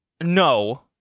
No